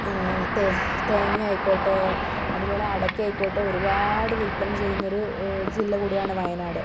തേ തേങ്ങയായ്ക്കോട്ടെ അതുപോലെ അടയ്ക്ക ആയിക്കോട്ടെ ഒരുപാട് വില്പന ചെയ്യുന്നൊരു ജില്ല കൂടിയാണ് വയനാട്